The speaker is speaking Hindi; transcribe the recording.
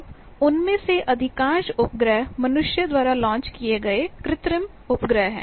अब उनमें से अधिकांश उपग्रह मनुष्य द्वारा लॉन्च किए गए कृत्रिम उपग्रह हैं